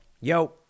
yo